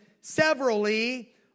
...severally